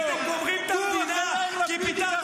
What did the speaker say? אתם מצביעים נגד גירוש משפחות מחבלים.